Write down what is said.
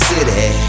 City